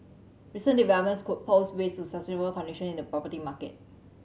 recent developments could pose risks to sustainable condition in the property market